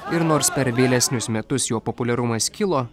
ir nors per vėlesnius metus jo populiarumas kilo